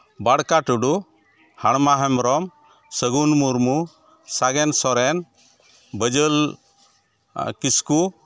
ᱵᱟᱲᱠᱟ ᱴᱩᱰᱩ ᱦᱟᱲᱢᱟ ᱦᱮᱢᱵᱨᱚᱢ ᱥᱟᱹᱜᱩᱱ ᱢᱩᱨᱢᱩ ᱥᱟᱜᱮᱱ ᱥᱚᱨᱮᱱ ᱵᱟᱹᱡᱟᱹᱞ ᱠᱤᱥᱠᱩ